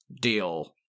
Deal